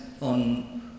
on